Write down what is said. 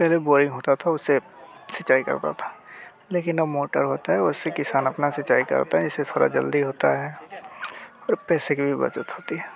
पहले बोरिंग होती थी उससे सिंचाई करते थे लेकिन अब मोटर होती है उससे किसान अपनी सिंचाई करते हैं इससे थोड़ा जल्दी होता है और पैसे की भी बचत होती है